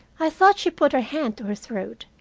i thought she put her hand to her throat,